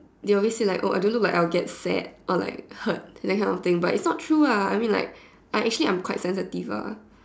they obviously like oh I don't look like I will get sad or like hurt that kind of thing but it's not true lah I mean like actually I'm quite sensitive ah